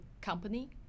company